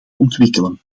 ontwikkelen